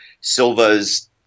Silva's